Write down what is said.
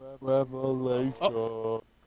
revelation